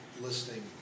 listening